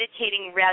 meditating